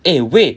eh wait